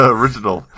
original